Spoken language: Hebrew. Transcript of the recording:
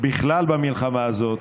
בכלל במלחמה הזאת,